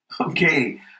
Okay